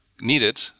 needed